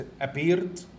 appeared